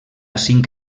cinc